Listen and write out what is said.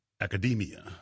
academia